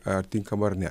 ar tinkama ar ne